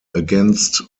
against